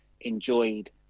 enjoyed